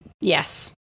Yes